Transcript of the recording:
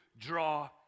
draw